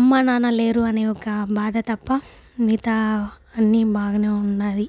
అమ్మానాన్న లేరు అనే ఒక బాధ తప్ప మిగతావన్నీ బాగానే ఉన్నది